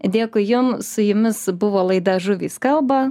dėkui jum su jumis buvo laida žuvys kalba